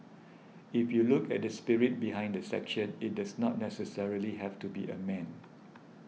if you look at the spirit behind the section it does not necessarily have to be a man